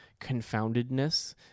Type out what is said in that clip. confoundedness